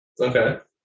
Okay